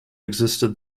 existed